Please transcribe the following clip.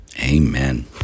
Amen